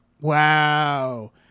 Wow